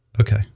okay